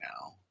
now